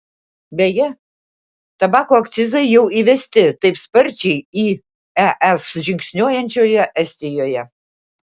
beje tabako akcizai jau įvesti taip sparčiai į es žingsniuojančioje estijoje